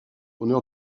honneur